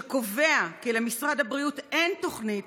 שקובע כי למשרד הבריאות אין תוכנית